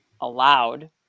allowed –